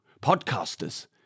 Podcasters